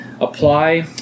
apply